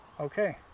okay